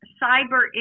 cyber